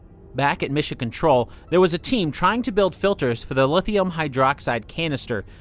back at mission control, there was a team trying to build filters for the lithium hydroxide canister,